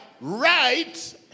right